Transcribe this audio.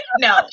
No